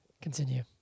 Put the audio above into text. Continue